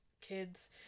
kids